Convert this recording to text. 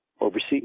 overseas